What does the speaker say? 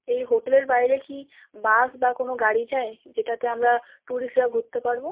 এই হোটেলের বাইরে কি বাস বা কোনো গাড়ি যায় যেটাতে আমরা ট্যুরিস্টরা ঘুরতে পারব